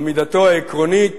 עמידתו העקרונית